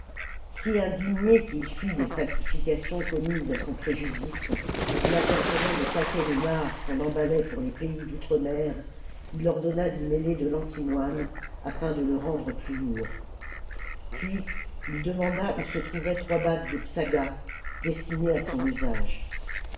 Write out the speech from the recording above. si indigné qu'il fût des falsifications commises à son préjudice en apercevant des paquets de nard qu'on emballait pour les pajs d'outre-mer il ordonna d'y mêler de l'antimoine afin de le rendre plus lourd puis il demanda oix se trouvaient trois boîtes de psagas destinées à son usage